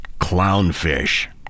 clownfish